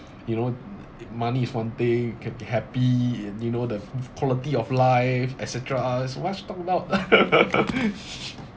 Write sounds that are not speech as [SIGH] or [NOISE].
you know [NOISE] money is one thing you can be happy and you know the [NOISE] quality of life et ceteras what's else to talk about [LAUGHS]